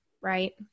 Right